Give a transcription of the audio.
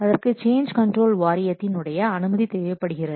அதற்கு change control வாரியத்தின் உடைய அனுமதி தேவைப்படுகிறது